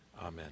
amen